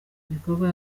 ibikorwa